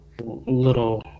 little